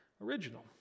original